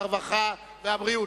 הרווחה והבריאות